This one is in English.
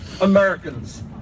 Americans